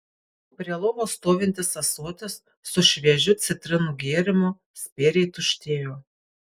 prie lovos stovintis ąsotis su šviežiu citrinų gėrimu spėriai tuštėjo